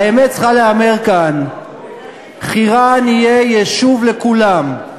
האמת צריכה להיאמר כאן: חירן יהיה יישוב לכולם,